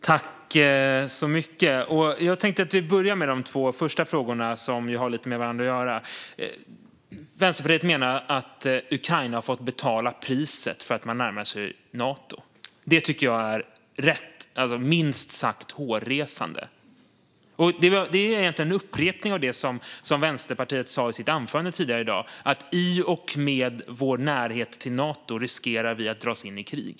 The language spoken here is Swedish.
Fru talman! Jag tänkte börja med de två första frågorna, som ju har lite med varandra att göra. Vänsterpartiet menar att Ukraina har fått betala priset för att man närmar sig Nato. Detta tycker jag är minst sagt hårresande. Det är egentligen en upprepning av det som man från Vänsterpartiet sa i anförandet tidigare i dag: I och med vår närhet till Nato riskerar vi att dras in i krig.